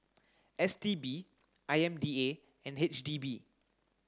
S T B I M D A and H D B